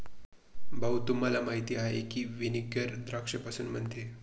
भाऊ, तुम्हाला माहीत आहे की व्हिनेगर द्राक्षापासून बनते